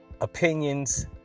Opinions